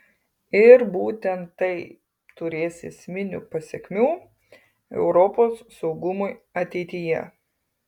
ir būtent tai turės esminių pasekmių europos saugumui ateityje